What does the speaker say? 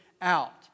out